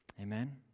Amen